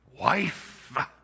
wife